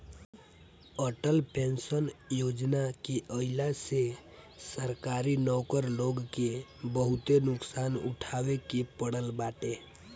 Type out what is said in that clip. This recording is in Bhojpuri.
अटल पेंशन योजना के आईला से सरकारी नौकर लोग के बहुते नुकसान उठावे के पड़ल बाटे